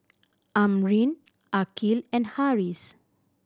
Amrin Aqil and Harris